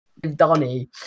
donny